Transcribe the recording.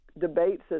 debates